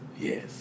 Yes